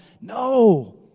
No